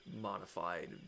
modified